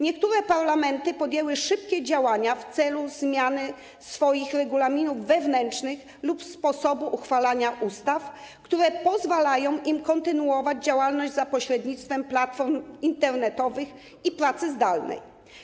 Niektóre parlamenty podjęły szybkie działania w celu zmiany swoich regulaminów wewnętrznych lub sposobu uchwalania ustaw, które pozwalają im kontynuować działalność za pośrednictwem platform internetowych i pracy zdalnej.